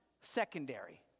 secondary